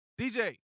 DJ